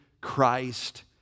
Christ